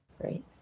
Great